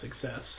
success